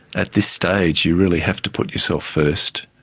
at this stage you really have to put yourself first.